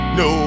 no